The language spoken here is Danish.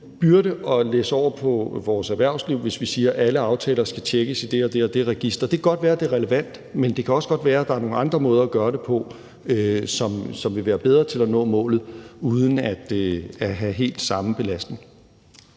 byrde at læsse over på vores erhvervsliv, hvis vi siger, at alle aftaler skal tjekkes i det og det register. Det kan godt være, at det er relevant, men det kan også godt være, at der er nogle andre måder at gøre det på, som vil være bedre til at nå målet uden at have helt samme belastning.